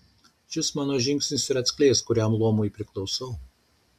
šis mano žingsnis ir atskleis kuriam luomui priklausau